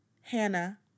Hannah